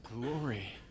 glory